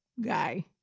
guy